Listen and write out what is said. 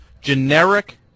generic